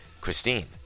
Christine